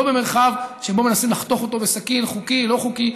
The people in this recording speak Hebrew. לא במרחב שבו מנסים לחתוך אותו בסכין: חוקי לא חוקי,